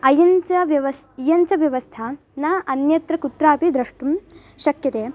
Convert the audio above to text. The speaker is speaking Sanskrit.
इयञ्च व्यवस्था इयञ्च व्यवस्था न अन्यत्र कुत्रापि द्रष्टुं शक्यते